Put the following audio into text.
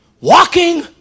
Walking